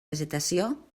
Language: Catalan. vegetació